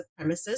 supremacists